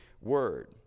word